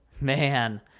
man